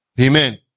Amen